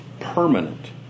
permanent